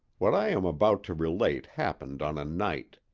what i am about to relate happened on a night.